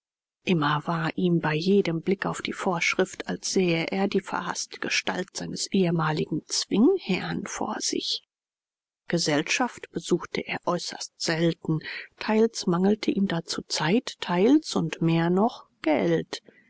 immer war ihm bei jedem blick auf die vorschrift als sähe er die verhaßte gestalt seines ehemaligen zwingherrn vor sich gesellschaft besuchte er äußerst selten teils mangelte ihm dazu zeit teils und mehr noch geld